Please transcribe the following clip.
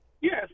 Yes